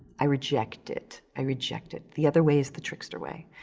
i reject it. i reject it. the other way is the trickster way.